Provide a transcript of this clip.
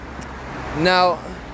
now